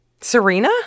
Serena